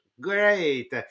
great